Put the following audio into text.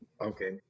Okay